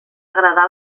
agradar